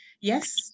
Yes